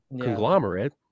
conglomerate